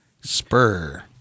spur